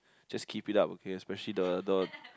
just keep it up okay especially the the